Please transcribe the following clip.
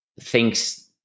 thinks